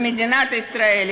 מדינת ישראל,